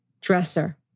dresser